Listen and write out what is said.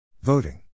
Voting